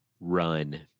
run